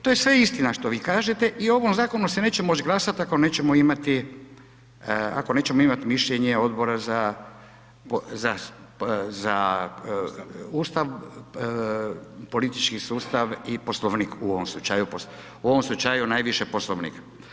To je sve istina što vi kažete i o ovom zakonu se neće moći glasat ako nećemo imati, ako nećemo imati mišljenje Odbora za Ustav, politički sustav i Poslovnik, u ovom slučaju, u ovom slučaju najviše Poslovnik.